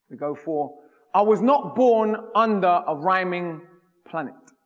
go for i was not born under a rhyming planet.